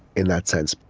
in that sense.